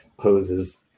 poses